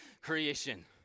creation